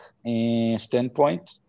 standpoint